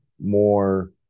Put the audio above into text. more